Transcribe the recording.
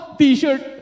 t-shirt